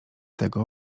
tego